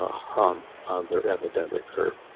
ah hump ah their epidemic curve.